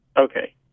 okay